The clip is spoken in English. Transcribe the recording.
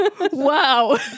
Wow